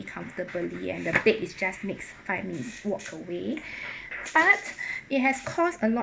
comfortably and the bed is just makes five minutes walk away but it has caused a lot